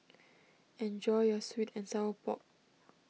enjoy your Sweet and Sour Pork